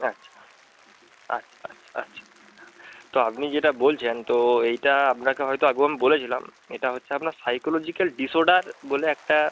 আচ্ছা আচ্ছা আচ্ছা আচ্ছা তো আপনি যেটা বলছেন তো এইটা আপনাকে হয়তো আগেও আমি বলেছিলাম এইটা হচ্ছে আপনার সাইকোলজিক্যাল ডিসঅর্ডার বলে একটা